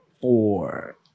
four